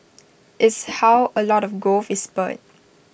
is how A lot of growth is spurred